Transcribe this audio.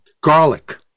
garlic